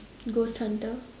ghost hunter